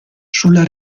sulla